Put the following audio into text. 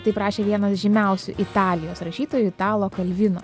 taip rašė vienas žymiausių italijos rašytojo italo kalvino